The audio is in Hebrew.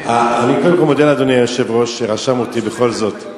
אני קודם כול מודה לאדוני היושב-ראש שרשם אותי בכל זאת.